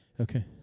Okay